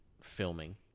filming